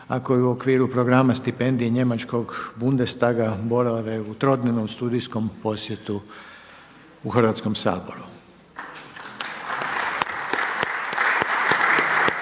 a koji u okviru programa stipendije Njemačkog Bundestaga borave u trodnevnom studijskom posjetu u Hrvatskom saboru.